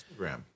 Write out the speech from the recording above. Instagram